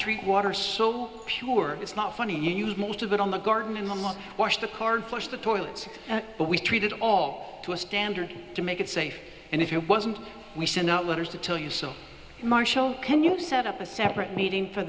treat water so pure it's not funny you lose most of it on the garden and wash the car and flush the toilets but we treat it all to a standard to make it safe and if it wasn't we send out letters to tell you so marshall can you set up a separate meeting for